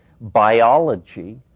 Biology